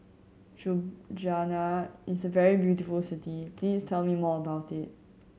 Ljubljana is a very beautiful city please tell me more about it